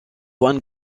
juan